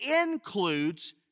includes